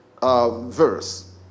verse